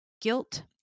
guilt